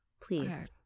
please